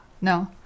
No